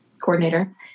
coordinator